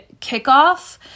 kickoff